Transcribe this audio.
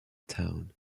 town